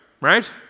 right